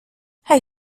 hij